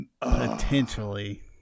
Potentially